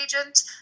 agent